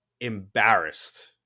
embarrassed